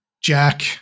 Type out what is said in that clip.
Jack